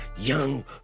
young